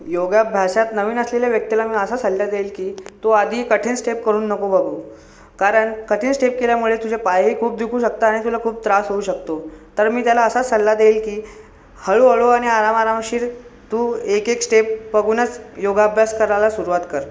योगाभ्यासात नवीन असलेल्या व्यक्तीला मी असा सल्ला देईन की तू आधी कठीण स्टेप करून नको बघू कारण कठीण स्टेप केल्यामुळे तुझे पायही खूप दुखू शकतात आणि तुला खूप त्रास होऊ शकतो तर मी त्याला असा सल्ला देईन की हळूहळू आणि आराम आरामशीर तू एकेक स्टेप बघूनच योगाभ्यास करायला सुरुवात कर